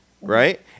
Right